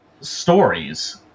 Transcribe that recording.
stories